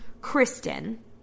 Kristen